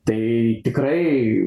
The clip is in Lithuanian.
tai tikrai